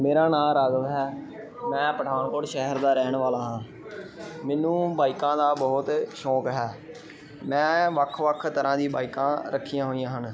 ਮੇਰਾ ਨਾਂ ਰਾਘਵ ਹੈ ਮੈਂ ਪਠਾਨਕੋਟ ਸ਼ਹਿਰ ਦਾ ਰਹਿਣ ਵਾਲਾ ਹਾਂ ਮੈਨੂੰ ਬਾਈਕਾਂ ਦਾ ਬਹੁਤ ਸ਼ੌਂਕ ਹੈ ਮੈਂ ਵੱਖ ਵੱਖ ਤਰ੍ਹਾਂ ਦੀ ਬਾਈਕਾਂ ਰੱਖੀਆਂ ਹੋਈਆਂ ਹਨ